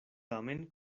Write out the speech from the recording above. tamen